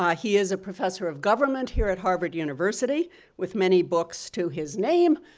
um he is a professor of government here at harvard university with many books to his name,